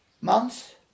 months